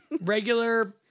regular